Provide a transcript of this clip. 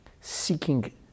seeking